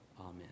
Amen